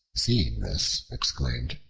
seeing this, exclaimed,